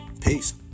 Peace